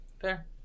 Fair